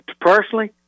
Personally